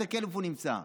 תסתכל איפה הוא נמצא,